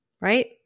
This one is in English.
Right